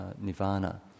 nirvana